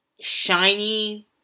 shiny